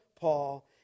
Paul